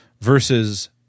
versus